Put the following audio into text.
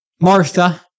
Martha